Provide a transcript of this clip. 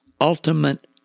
ultimate